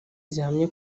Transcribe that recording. zihamye